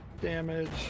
damage